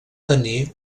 tenir